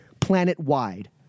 planet-wide